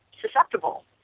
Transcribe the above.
susceptible